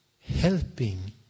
helping